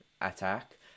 attack